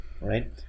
right